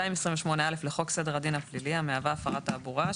228(א) לחוק סדר הפלילי המהווה הפרת תעבורה,